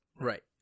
Right